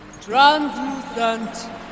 Translucent